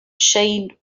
shade